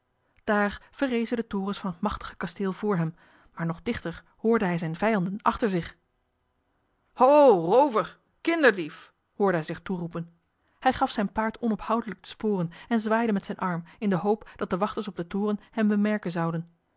daar verrezen de torens van het machtige kasteel vr hem maar nog dichter hoorde hij zijne vijanden achter zich ho roover kinderdief hoorde hij zich toeroepen hij gaf zijn paard onophoudelijk de sporen en zwaaide met zijn arm in de hoop dat de wachters op den toren hem bemerken zouden